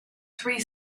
three